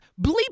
Bleep